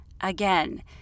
Again